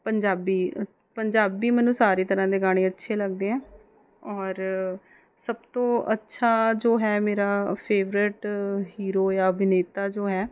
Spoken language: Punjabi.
ਪੰਜਾਬੀ ਪੰਜਾਬੀ ਮੈਨੂੰ ਸਾਰੇ ਤਰ੍ਹਾਂ ਦੇ ਗਾਣੇ ਅੱਛੇ ਲੱਗਦੇ ਹੈ ਔਰ ਸਭ ਤੋਂ ਅੱਛਾ ਜੋ ਹੈ ਮੇਰਾ ਫੇਵਰੇਟ ਹੀਰੋ ਆ ਅਭਿਨੇਤਾ ਜੋ ਹੈ